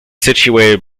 situated